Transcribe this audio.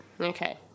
Okay